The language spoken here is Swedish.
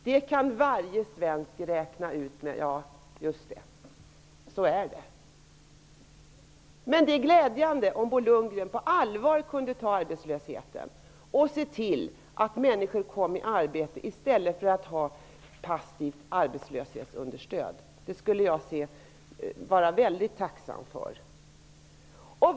Det vore glädjande om Bo Lundgren kunde ta arbetslösheten på allvar och se till att människor kom i arbete i stället för att passivt ta emot arbetslöshetsunderstöd. Det skulle jag vara tacksam för.